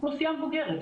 אוכלוסייה מבוגרת.